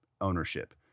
ownership